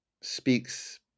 speaks